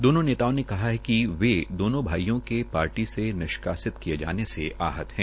दोनों नेताओं ने कहा है कि वे दोनों भाईयों के पाटी से निष्कासित किए जाने से आहत है